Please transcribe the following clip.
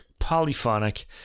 polyphonic